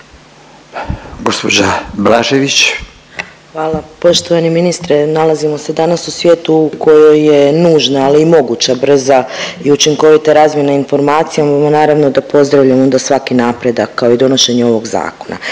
Anamarija (HDZ)** Hvala. Poštovani ministre, nalazimo se danas u svijetu u kojoj je nužna, ali i moguća brza i učinkovita razmjena informacija, naravno da pozdravljam onda svaki napredak, kao i donošenje ovog zakona,